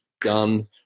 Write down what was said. Done